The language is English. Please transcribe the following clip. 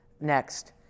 Next